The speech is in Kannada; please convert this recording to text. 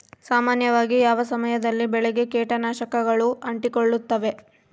ಸಾಮಾನ್ಯವಾಗಿ ಯಾವ ಸಮಯದಲ್ಲಿ ಬೆಳೆಗೆ ಕೇಟನಾಶಕಗಳು ಅಂಟಿಕೊಳ್ಳುತ್ತವೆ?